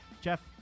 Jeff